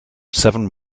seven